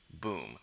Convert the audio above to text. Boom